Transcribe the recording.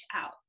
out